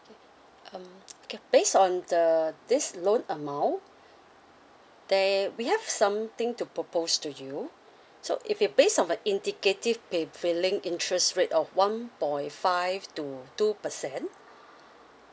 um okay based on the this loan amount there we have something to propose to you so if you based on the indicative prevailing interest rate of one point five to two percent